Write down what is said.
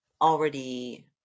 already